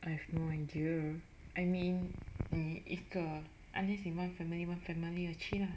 I have no idea I mean mm 一个 unless you one family one family 的去 lah